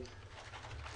אם כן,